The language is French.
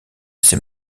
ces